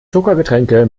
zuckergetränke